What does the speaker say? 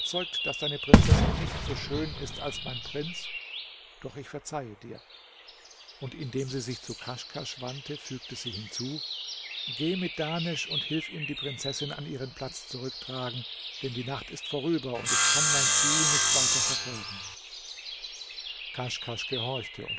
daß deine prinzessin nicht so schön ist als mein prinz doch ich verzeihe dir und indem sie sich zu kaschkasch wandte fügte sie hinzu geh mit dahnesch und hilf ihm die prinzessin an ihren platz zurücktragen denn die nacht ist vorüber und ich kann mein ziel nicht weiter verfolgen kaschkasch gehorchte